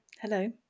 hello